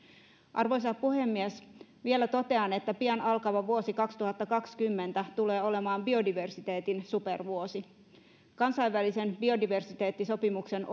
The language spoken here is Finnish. arvoisa puhemies vielä totean että pian alkava vuosi kaksituhattakaksikymmentä tulee olemaan biodiversiteetin supervuosi kansainvälisen biodiversiteettisopimuksen